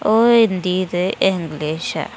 ओह् हिंदी ते इंग्लिश ऐ